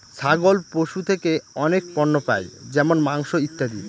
ছাগল পশু থেকে অনেক পণ্য পাই যেমন মাংস, ইত্যাদি